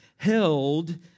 held